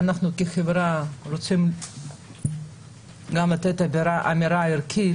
אנחנו כחברה רוצים גם לומר אמירה ערכית